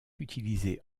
utilisé